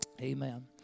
Amen